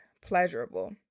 pleasurable